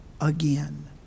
again